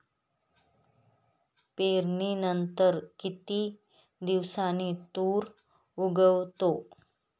पेरणीनंतर किती दिवसांनी तूर उगवतो?